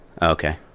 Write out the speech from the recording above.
Okay